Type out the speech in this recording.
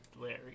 Larry